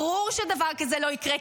ברור שדבר כזה לא יקרה,